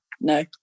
no